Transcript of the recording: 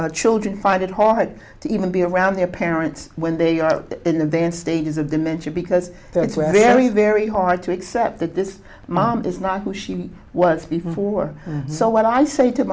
sometimes children find it hard to even be around their parents when they are in advanced stages of dementia because that's where very very hard to accept that this mom is not who she was before so what i say to